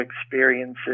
experiences